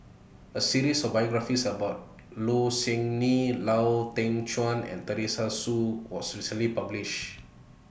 A series of biographies about Low Siew Nghee Lau Teng Chuan and Teresa Hsu was recently published